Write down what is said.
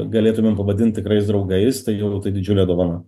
galėtumėm pavadint tikrais draugais tai jau tai didžiulė dovana